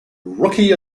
rookie